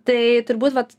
tai turbūt vat